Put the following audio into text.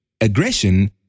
Aggression